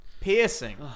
piercing